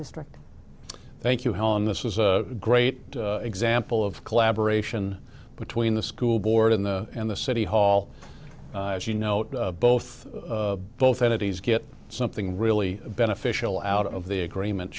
district thank you helen this is a great example of collaboration between the school board in the and the city hall as you know both both entities get something really beneficial out of the agreement